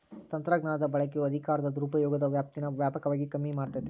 ತಂತ್ರಜ್ಞಾನದ ಬಳಕೆಯು ಅಧಿಕಾರದ ದುರುಪಯೋಗದ ವ್ಯಾಪ್ತೀನಾ ವ್ಯಾಪಕವಾಗಿ ಕಮ್ಮಿ ಮಾಡ್ತತೆ